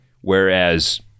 Whereas